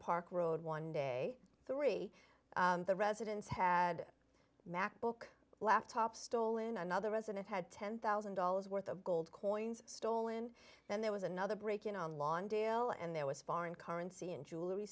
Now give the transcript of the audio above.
park road one day three the residents had macbook laptop stolen another resident had ten thousand dollars worth of gold coins stolen then there was another break in on lawndale and there was foreign currency and jewelry